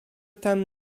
tem